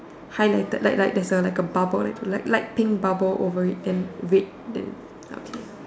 highlighted like like there's a bubble like a light light pink bubble over it then red okay